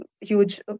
huge